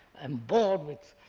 am bored with